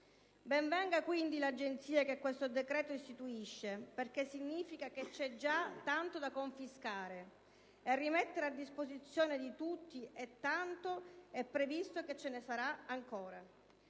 Ben venga quindi l'Agenzia che questo decreto istituisce, perché ciò significa che c'è già tanto da confiscare e rimettere a disposizione di tutti e tanto è previsto che ce ne sarà.